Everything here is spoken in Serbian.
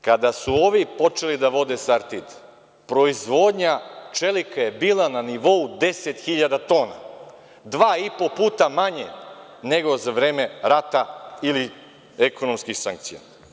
Kada su ovi počeli da vode „Sartid“, proizvodnja čelika je bila na nivou deset hiljada tona, dva i po puta manje nego za vreme rata ili ekonomskih sankcija.